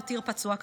והותיר פצוע קשה,